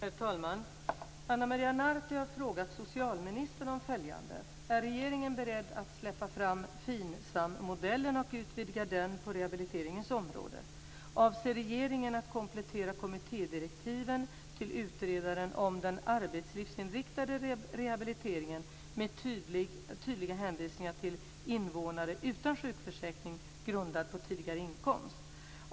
Herr talman! Ana Maria Narti har frågat socialministern om följande: 1. Är regeringen beredd att släppa fram FINSAM modellen och utvidga den på rehabiliteringens område? 2. Avser regeringen att komplettera kommittédirektiven till utredaren om den arbetslivsinriktade rehabiliteringen med tydliga hänvisningar till invånare utan sjukförsäkring grundad på tidigare inkomst? 3.